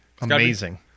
Amazing